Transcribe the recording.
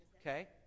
Okay